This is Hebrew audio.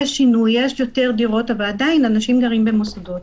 יש יותר דירות, אבל עדיין אנשים גרים במוסדות.